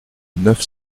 neuf